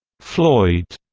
floyd,